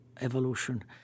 evolution